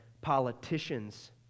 politicians